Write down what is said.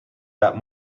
that